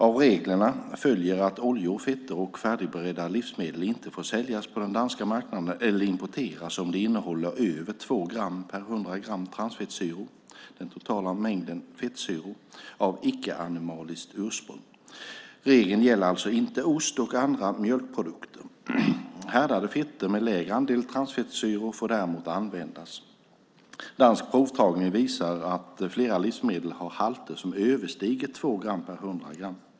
Av reglerna följer att oljor, fetter och färdigberedda livsmedel inte får säljas på den danska marknaden eller importeras om de innehåller över 2 gram per 100 gram transfettsyror, av den totala mängden fettsyror, av icke-animaliskt ursprung. Regeln gäller alltså inte ost och andra mjölkprodukter. Härdade fetter med lägre andel transfettsyror får däremot användas. Dansk provtagning visar att flera livsmedel har halter som överstiger 2 gram per 100 gram.